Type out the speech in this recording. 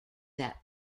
that